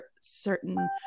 certain